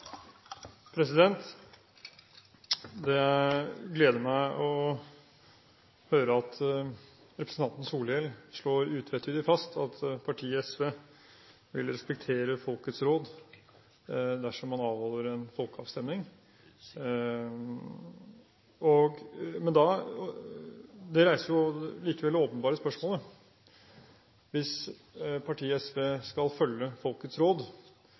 replikkordskifte. Det gleder meg å høre at representanten Solhjell slår utvetydig fast at partiet SV vil respektere folkets råd dersom man avholder en folkeavstemning. Det reiser likevel det åpenbare spørsmålet: Hvis partiet SV skal følge folkets råd,